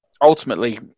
ultimately